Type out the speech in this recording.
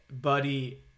buddy